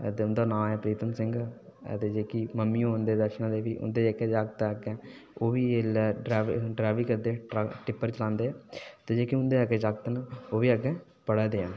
ते नां ऐ प्रीतम सिंह ते जेह्की मम्मी होर न उंदा नां ऐ वैषनौ देवी उंदे जेह्के जाक्त न अग्गै ओह् बी इसलै ड्राईवरी करदे टिप्पर चलांदे ते जेह्के उंदे अग्गै जाक्त न ओह् बी अग्गै पढ़ा दे न